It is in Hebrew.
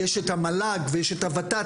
יש את המל"ג ויש את הוות"ת,